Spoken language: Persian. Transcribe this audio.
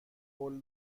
قول